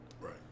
Right